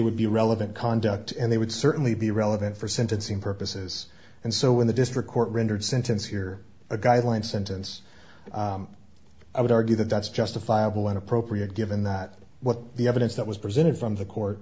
would be relevant conduct and they would certainly be relevant for sentencing purposes and so when the district court rendered sentence here a guideline sentence i would argue that that's justifiable and appropriate given that what the evidence that was presented